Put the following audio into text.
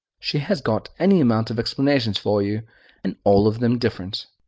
she has got any amount of explanations for you and all of them different.